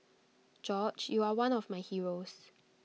George you are one of my heroes